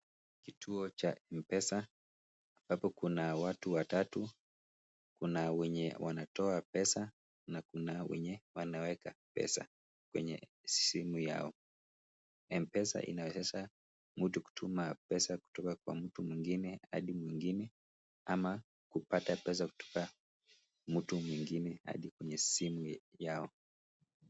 Kituo cha CS[M Pesa]CS, ambapo kuna watu watatu. Kuna wenye wanatoa pesa, na kuna wenye wanaweka pesa kwenye simu yao. CS[M Pesa]CS inawezesha mtu kutuma pesa kutoka kwa mtu mwingine, hadi mwingine ama kupata pesa kutoka mtu mwingine na simu yao.